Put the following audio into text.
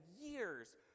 years